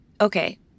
Okay